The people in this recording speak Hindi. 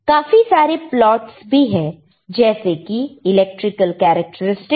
काफी सारे प्लॉट्स भी है जैसे कि इलेक्ट्रिकल कैरेक्टरस्टिक्स